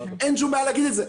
אין שום בעיה להגיד את זה.